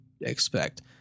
expect